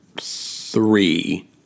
three